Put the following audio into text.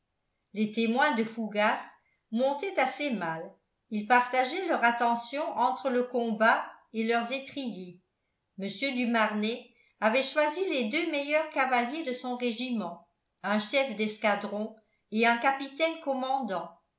les témoins de fougas montaient assez mal ils partageaient leur attention entre le combat et leurs étriers mr du marnet avait choisi les deux meilleurs cavaliers de son régiment un chef d'escadron et un capitaine commandant